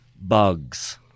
bugs